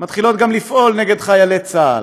מתחילות גם לפעול נגד חיילי צה"ל.